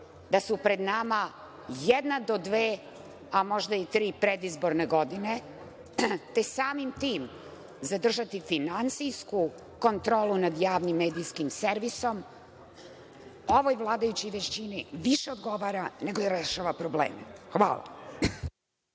da su pred nama jedna do dve, a možda i tri predizborne godine, te samim tim zadržati finansijsku kontrolu nad Javnim medijskim servisom ovoj vladajućoj većini više odgovara nego da rešava probleme. Hvala.